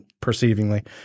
perceivingly